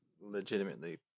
legitimately